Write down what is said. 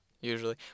Usually